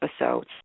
episodes